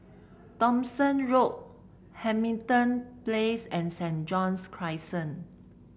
Thomson Road Hamilton Place and Saint John's Crescent